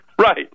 Right